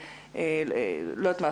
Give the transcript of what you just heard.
אני לא יודעת מה,